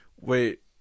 Wait